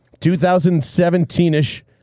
2017-ish